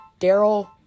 Daryl